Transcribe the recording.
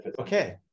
Okay